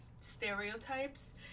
stereotypes